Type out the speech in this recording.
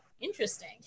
Interesting